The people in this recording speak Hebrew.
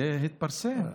זה התפרסם.